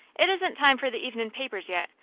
it isn't time for the evenin' papers yet,